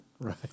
Right